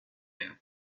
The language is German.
der